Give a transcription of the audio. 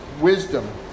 wisdom